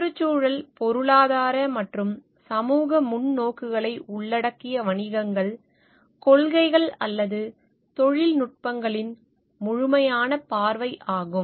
சுற்றுச்சூழல் பொருளாதார மற்றும் சமூக முன்னோக்குகளை உள்ளடக்கிய வணிகங்கள் கொள்கைகள் அல்லது தொழில்நுட்பங்களின் முழுமையான பார்வை ஆகும்